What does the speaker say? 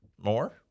More